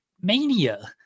Mania